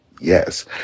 Yes